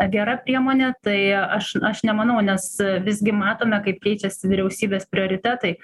gera priemonė tai aš aš nemanau nes visgi matome kaip keičiasi vyriausybės prioritetai